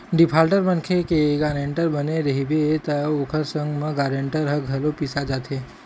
defaulter मनखे के guarantor बने रहिबे त ओखर संग म गारंटर ह घलो पिसा जाथे